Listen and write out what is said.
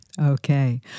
Okay